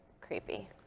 creepy